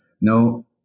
No